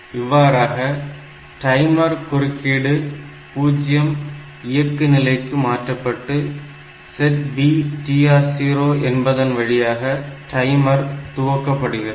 இவ்வாறாக டைமர் குறுக்கீடு 0 இயக்கு நிலைக்கு மாற்றப்பட்டு SETB TR 0 என்பதன் வழியாக டைமர் துவக்கப்படுகிறது